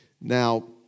Now